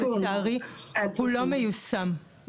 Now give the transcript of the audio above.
לצערי הוא לא מיושם,